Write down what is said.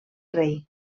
rei